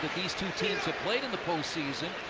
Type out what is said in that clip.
these two teams have played in the postseason,